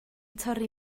torri